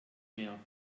mehr